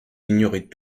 ignorait